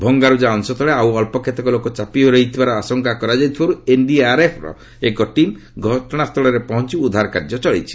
ଭଙ୍ଗାର୍ଜା ଅଂଶ ତଳେ ଆଉ ଅଳ୍ପ କେତେକ ଲୋକ ଚାପିହୋଇ ରହିଥିବାର ଆଶଙ୍କା କରାଯାଉଥିବାରୁ ଏନ୍ଡିଆର୍ଏଫ୍ର ଏକ ଟିମ୍ ଘଟଣାସ୍ଥଳରେ ପହଞ୍ଚ ଉଦ୍ଧାର କାର୍ଯ୍ୟ ଚଳାଇଛି